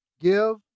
give